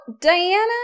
Diana